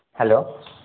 hello